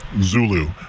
Zulu